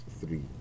three